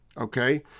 okay